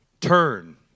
Turn